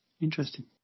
Interesting